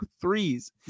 threes